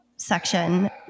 section